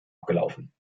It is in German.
abgelaufen